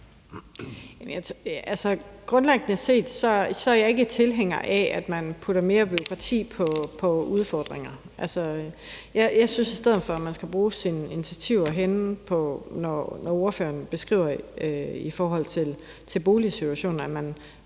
Grundlæggende set er jeg ikke tilhænger af, at man putter mere bureaukrati på udfordringer. Altså, jeg synes i stedet for, at man skal bruge sine initiativer, som ordføreren også beskriver det, i forhold til boligsituationen, og at man